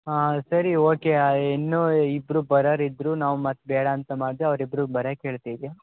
ಹಾಂ ಸರಿ ಓಕೆ ಇನ್ನು ಇಬ್ಬರು ಬರೋರಿದ್ರು ನಾವು ಮತ್ತೆ ಬೇಡ ಅಂತ ಮಾಡಿದೆ ಅವ್ರು ಇಬ್ಬರು ಬರಕೆ ಹೇಳ್ತಿವಿ